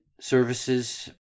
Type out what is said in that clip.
services